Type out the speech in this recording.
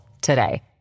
today